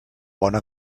bona